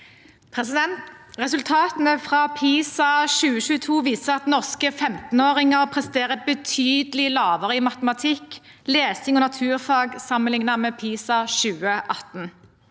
Resultat- ene fra PISA 2022 viser at norske 15-åringer presterer betydelig lavere i matematikk, lesing og naturfag sammenlignet med PISA 2018.